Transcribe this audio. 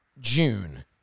June